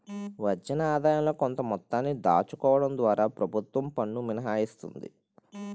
వచ్చిన ఆదాయంలో కొంత మొత్తాన్ని దాచుకోవడం ద్వారా ప్రభుత్వం పన్ను మినహాయిస్తుంది